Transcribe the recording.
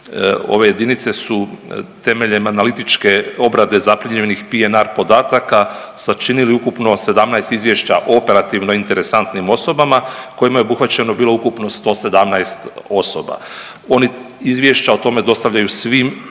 ove jedinice su temeljem analitičke obrade zaprimljenih PNR podataka sačinili ukupno 17 izvješća o operativno interesantnim osobama kojima je obuhvaćeno bilo ukupno 117 osoba. Oni izvješća o tome dostavljaju svim